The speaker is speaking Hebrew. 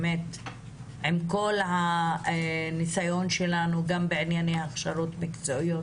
עם כל הניסיון שלנו גם בענייני הכשרות מקצועיות